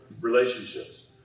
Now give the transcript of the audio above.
relationships